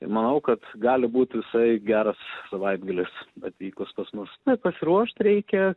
manau kad gali būt visai geras savaitgalis atvykus pas mus pasiruošt reikia